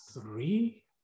three